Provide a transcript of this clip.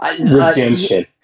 Redemption